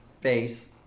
face